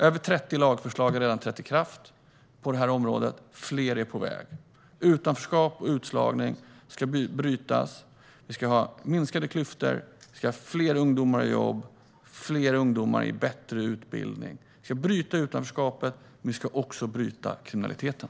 Över 30 lagförslag har redan trätt i kraft på det här området, och fler är på väg. Utanförskap och utslagning ska brytas. Vi ska ha minskade klyftor, fler ungdomar i jobb och i bättre utbildning. Vi ska bryta utanförskapet, och vi ska också bryta kriminaliteten.